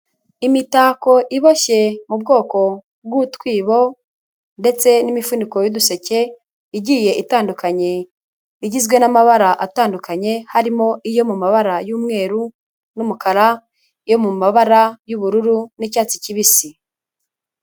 Imitako iboshye mu bwoko bw'utwibo ndetse n'imifuniko y'uduseke igiye itandukanye igizwe n'amabara atandukanye harimo iyo mu mabara y'umweru n'umukara, yo mu mabara y'ubururu n'icyatsi kibisi.